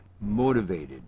motivated